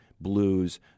blues